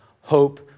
hope